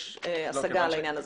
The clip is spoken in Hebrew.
יש השגה על העניין הזה.